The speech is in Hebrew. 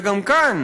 וכאן